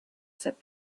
said